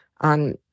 on